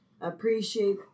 appreciate